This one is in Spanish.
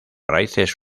raíces